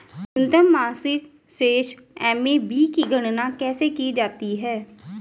न्यूनतम मासिक शेष एम.ए.बी की गणना कैसे की जाती है?